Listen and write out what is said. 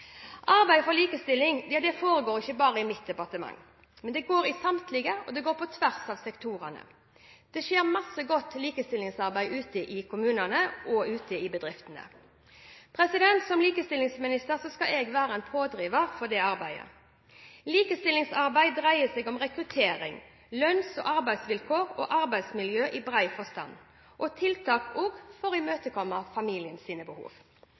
foregår ikke bare i mitt departement, men i samtlige, og det foregår på tvers av sektorene. Det skjer masse godt likestillingsarbeid ute i kommunene og ute i bedriftene. Som likestillingsminister skal jeg være en pådriver for det arbeidet. Likestillingsarbeid dreier seg om rekruttering, lønns- og arbeidsvilkår og arbeidsmiljø i bred forstand, og også tiltak for å imøtekomme familiens behov.